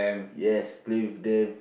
yes play with them